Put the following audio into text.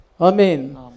Amen